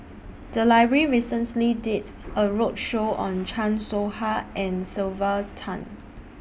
The Library recently did A roadshow on Chan Soh Ha and Sylvia Tan